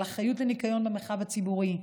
אחריות לניקיון במרחב הציבורי,